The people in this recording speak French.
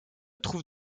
trouve